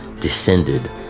descended